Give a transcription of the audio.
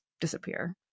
disappear